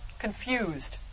confused